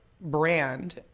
brand